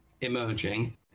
emerging